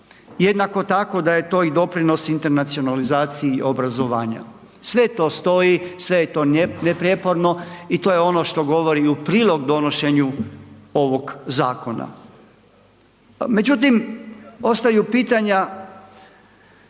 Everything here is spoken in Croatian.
Jednako tako, da je to i doprinos internacionalizaciji obrazovanja. Sve to stoji, sve je to neprijeporno i to je ono što govori i u prilog donošenju ovog zakona. Međutim, ostaju pitanja